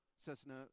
Cessna